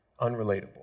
unrelatable